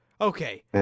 Okay